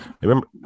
remember